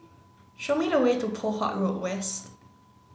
show me the way to Poh Huat Road West